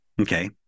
Okay